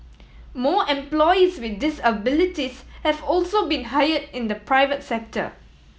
more employees with disabilities have also been hired in the private sector